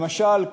למשל,